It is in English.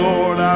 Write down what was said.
Lord